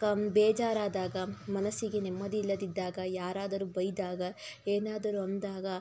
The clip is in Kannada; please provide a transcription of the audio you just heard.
ಕ ಬೇಜಾರಾದಾಗ ಮನಸ್ಸಿಗೆ ನೆಮ್ಮದಿ ಇಲ್ಲದಿದ್ದಾಗ ಯಾರಾದರೂ ಬೈದಾಗ ಏನಾದರೂ ಅಂದಾಗ